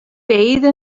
bathe